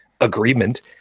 agreement